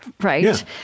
right